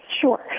sure